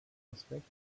aspekt